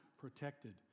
protected